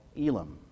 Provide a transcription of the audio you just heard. Elam